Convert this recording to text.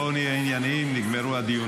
אם כן, בואו נהיה ענייניים, נגמרו הדיונים.